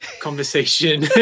conversation